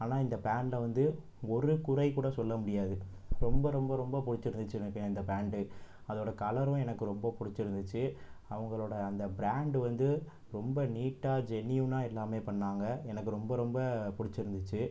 ஆனா இந்த பேண்டை வந்து ஒரு குறைக்கூட சொல்ல முடியாது ரொம்ப ரொம்ப ரொம்ப பிடிச்சிருந்துச்சு எனக்கு இந்த பேண்ட்டு அதோடய கலரும் எனக்கு ரொம்ப பிடிச்சிருந்துச்சி அவங்களோட அந்த ப்ராண்டு வந்து ரொம்ப நீட்டாக ஜென்யூனாக எல்லாமே பண்ணாங்க எனக்கு ரொம்ப ரொம்ப பிடிச்சிருந்துச்சி